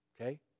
Okay